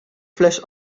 fles